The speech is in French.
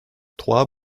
trois